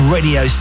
Radio